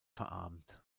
verarmt